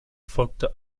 folgte